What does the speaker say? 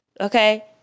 Okay